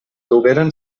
dugueren